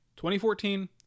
2014